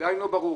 שעדיין לא ברור.